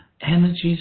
energies